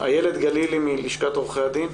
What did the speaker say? איילת גלילי, לשכת עורכי הדין.